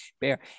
bear